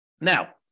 Now